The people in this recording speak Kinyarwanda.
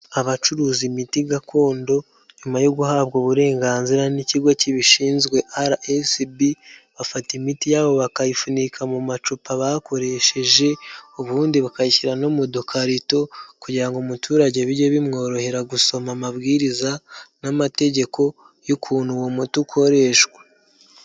Abacuruza imiti gakondo, nyuma yo guhabwa uburenganzira n'ikigo kibishinzwe RSB, bafata imiti yabo bakayifunika mu macupa bakoresheje ubundi bakayishyira no mu dukarito kugira ngo umuturage bijye bimworohera gusoma amabwiriza, n'amategeko y'ukuntu uwo muti ukoreshwa.